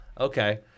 Okay